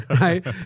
Right